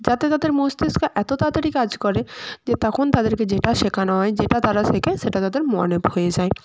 যাতে তাদের মস্তিষ্ক এত তাড়াতাড়ি কাজ করে যে তখন তাদেরকে যেটা শেখানো হয় যেটা তারা শেখে সেটা তাদের মনে হয়ে যায়